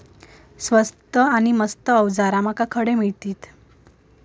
स्वस्त नी मस्त अवजारा माका खडे मिळतीत?